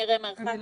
חודש